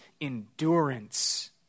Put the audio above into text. endurance